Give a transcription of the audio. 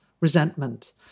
resentment